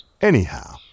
Anyhow